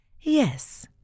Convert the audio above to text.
Yes